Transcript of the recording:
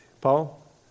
Paul